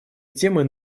темы